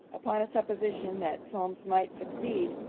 upon a supposition that solmes might succeed,